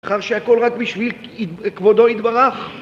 אחר שהכל רק בשביל כבודו יתברך